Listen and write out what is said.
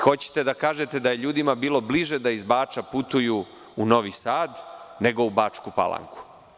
Hoćete da kažete da je ljudima bilo bliže da iz Bača putuju u Novi Sad nego u Bačku Palanku?